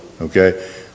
okay